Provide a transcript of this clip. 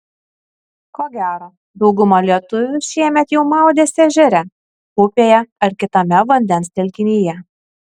ko gero dauguma lietuvių šiemet jau maudėsi ežere upėje ar kitame vandens telkinyje